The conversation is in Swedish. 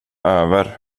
över